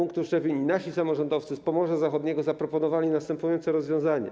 Nasi samorządowcy z Pomorza Zachodniego zaproponowali następujące rozwiązanie.